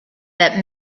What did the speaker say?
that